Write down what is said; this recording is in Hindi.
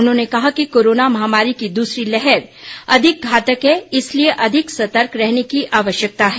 उन्होंने कहा कि कोरोना महामारी की दूसरी लहर अधिक घातक है इसलिए अधिक सतर्क रहने की आवश्यकता है